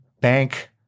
bank